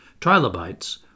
trilobites